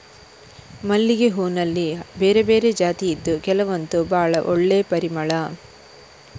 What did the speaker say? ಮಲ್ಲಿಗೆ ಹೂನಲ್ಲಿ ಬೇರೆ ಬೇರೆ ಜಾತಿ ಇದ್ದು ಕೆಲವಂತೂ ಭಾಳ ಒಳ್ಳೆ ಪರಿಮಳ